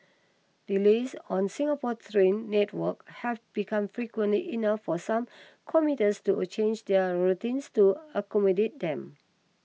delays on Singapore's train network have become frequently enough for some commuters to change their routines to accommodate them